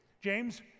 James